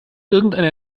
irgendeine